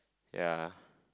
ya